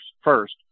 first